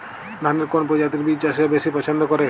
ধানের কোন প্রজাতির বীজ চাষীরা বেশি পচ্ছন্দ করে?